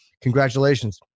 congratulations